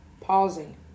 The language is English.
pausing